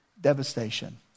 devastation